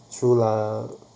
true lah